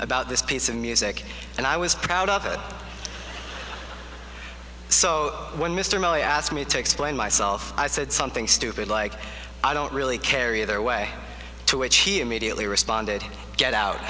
about this piece of music and i was proud of it so when mr malley asked me to explain myself i said something stupid like i don't really care either way to which he immediately responded get out